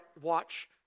watch